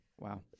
Wow